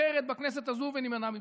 אחרת, בכנסת הזו, ונימנע מבחירות.